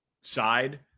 side